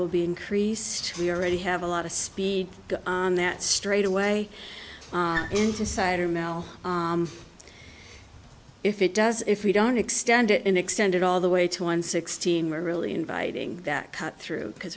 will be increased we already have a lot of speed on that straightaway and decider mel if it does if we don't extend it an extended all the way to one sixteen we're really inviting that cut through because